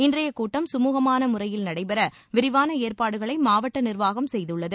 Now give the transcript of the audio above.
இன்றைய கூட்டம் கமூகமான முறையில் நடைபெற விரிவான ஏற்பாடுகளை மாவட்ட நிர்வாகம் செய்துள்ளது